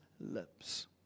lips